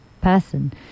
person